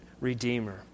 Redeemer